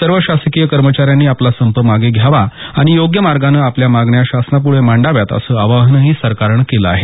सर्व शासकीय कर्मचाऱ्यांनी आपला संप मागे घ्यावा आणि योग्य मार्गाने आपल्या मागण्या शासनापुढे मांडाव्यात असं आवाहनही सरकारन केलं आहे